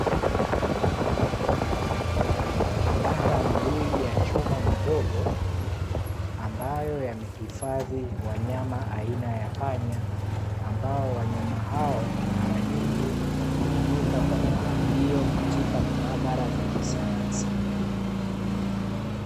Mabanda mawili ya chuma madogo, ambayo yamehifadhi wanyama aina ya panya, ambao wanyama hao mara nyingi hutumika katika majaribio katika maabara za kisayansi.